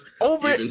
Over